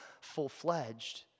full-fledged